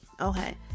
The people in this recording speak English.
Okay